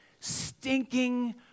stinking